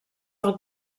del